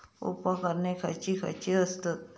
उपकरणे खैयची खैयची आसत?